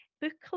booklet